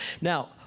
Now